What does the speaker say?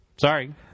Sorry